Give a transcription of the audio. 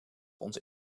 onze